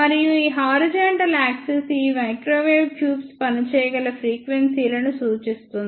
మరియు ఈ horizontal axis ఈ మైక్రోవేవ్ ట్యూబ్స్ పని చేయగల ఫ్రీక్వెన్సీ లని సూచిస్తుంది